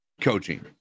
coaching